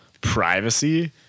privacy